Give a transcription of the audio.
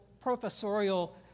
professorial